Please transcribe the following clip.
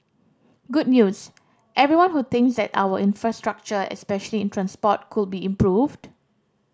good news everyone who thinks that our infrastructure especially in transport could be improved